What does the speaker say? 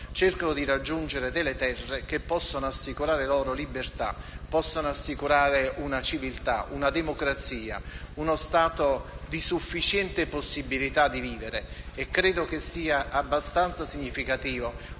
cercano di raggiungere delle terre che possano assicurare loro libertà, una civiltà, una democrazia, una sufficiente possibilità di vivere. Ed è abbastanza significativo